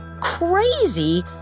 crazy